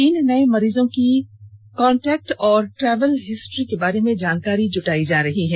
तीनों नए मरीजों की कॉन्टैक्ट और ट्रैवल हिस्ट्री के बारे में जानकारी जुटाई जा रही है